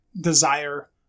desire